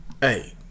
Hey